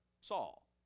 Saul